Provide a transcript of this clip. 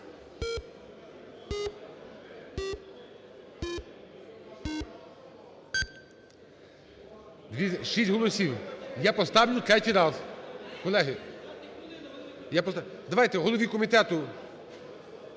Шість голосів… Я поставлю третій раз. Колеги, давайте голові комітету.